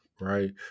right